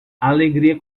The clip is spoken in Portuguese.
alegria